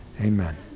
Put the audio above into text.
amen